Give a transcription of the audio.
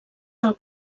del